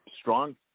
strong